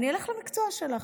אני אלך למקצוע שלך.